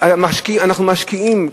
אנחנו משקיעים,